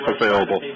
available